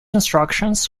instructions